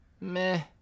meh